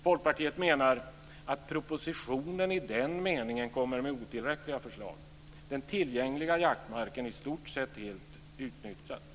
Folkpartiet menar att propositionen i den meningen kommer med otillräckliga förslag. Den tillgängliga jaktmarken är i stort sett helt utnyttjad.